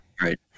right